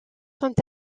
sont